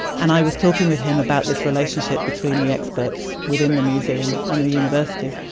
and i was talking with him about this relationship between the experts within the museum and the university.